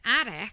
attic